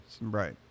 Right